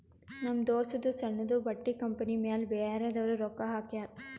ನಮ್ ದೋಸ್ತದೂ ಸಣ್ಣುದು ಬಟ್ಟಿ ಕಂಪನಿ ಮ್ಯಾಲ ಬ್ಯಾರೆದವ್ರು ರೊಕ್ಕಾ ಹಾಕ್ಯಾರ್